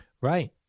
Right